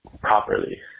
properly